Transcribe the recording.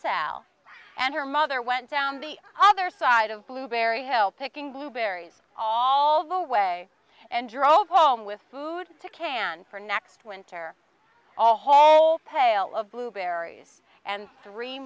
sal and her mother went down the other side of blueberry hill picking blueberries all the way and drove home with food to can for next winter all whole pail of blueberries and three